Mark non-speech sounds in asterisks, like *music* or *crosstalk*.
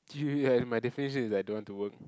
*noise* my definition is like I don't want to work